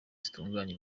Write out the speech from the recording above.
zitunganya